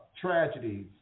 tragedies